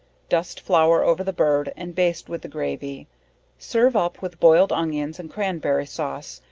dust flour over the bird and baste with the gravy serve up with boiled onions and cramberry-sauce,